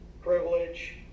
privilege